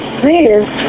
please